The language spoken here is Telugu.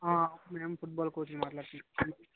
ఆ మ్యామ్ ఫుట్ బాల్ కోచ్ నే మాట్లాడుతున్న చెప్పండి